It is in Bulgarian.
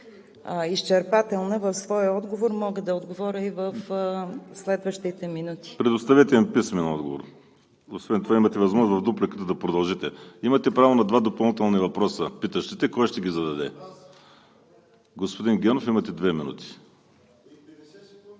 изчерпателна в своя отговор, мога да отговоря и в следващите минути. ПРЕДСЕДАТЕЛ ВАЛЕРИ СИМОНОВ: Предоставете им писмен отговор. Освен това имате възможност в дупликата да продължите. Имате право на два допълнителни въпроса – кой ще ги зададе? Господин Генов, имате две минути.